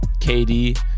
KD